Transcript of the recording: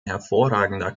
hervorragender